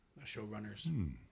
showrunners